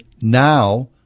now